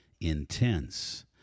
intense